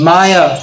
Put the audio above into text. Maya